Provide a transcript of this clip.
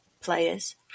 players